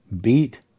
beat